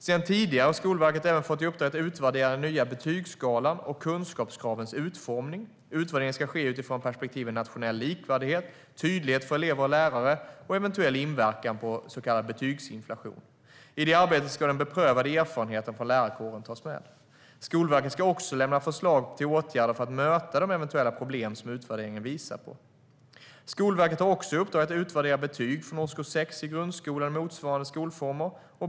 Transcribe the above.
Sedan tidigare har Skolverket även fått i uppdrag att utvärdera den nya betygsskalan och kunskapskravens utformning. Utvärderingen ska ske utifrån perspektiven nationell likvärdighet, tydlighet för elever och lärare och eventuell inverkan på så kallad betygsinflation. I det arbetet ska den beprövade erfarenheten från lärarkåren tas med. Skolverket ska också lämna förslag till åtgärder för att möta de eventuella problem som utvärderingen visar på. Skolverket har också i uppdrag att utvärdera betyg från årskurs 6 i grundskolan och motsvarande skolformer.